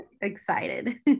excited